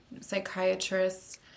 psychiatrists